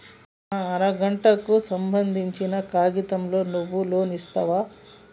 నా అర గంటకు సంబందించిన కాగితాలతో నువ్వు లోన్ ఇస్తవా?